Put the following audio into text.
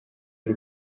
y’u